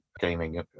gaming